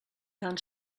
tan